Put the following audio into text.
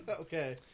Okay